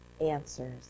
answers